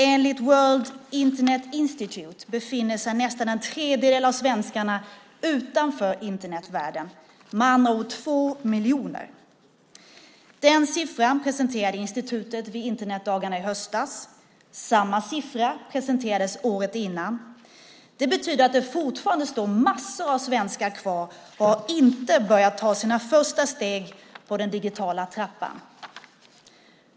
Enligt World Internet Institute befinner sig nästan en tredjedel av svenskarna utanför Internetvärlden, med andra ord två miljoner. Den siffran presenterade institutet vid Internetdagarna i höstas. Samma siffra presenterades året innan. Det betyder att det fortfarande finns massor av svenskar som inte har börjat ta sina första steg på den digitala trappan.